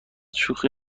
شوخی